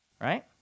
right